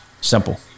simple